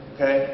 Okay